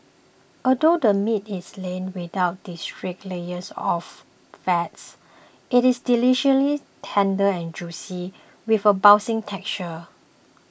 although the meat is lean without distinct layers of fats it is deliciously tender and juicy with a bouncy texture